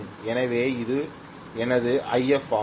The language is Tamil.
எனவே இது எனது If ஆகும்